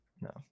No